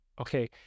Okay